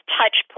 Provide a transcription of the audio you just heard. touch